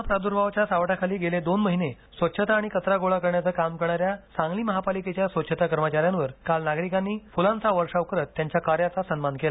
corona प्रादुर्भावाच्या सावटाखाली गेले दोन महिने स्वच्छता आणि कचरा गोळा करण्याचं काम करणाऱ्या सांगली महापालिकेच्या स्वच्छता कर्मचाऱ्यांवर काल नागरिकांनी फुलांचा वर्षाव करत त्यांच्या कार्याचा सन्मान केला